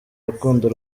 rukundo